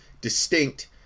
distinct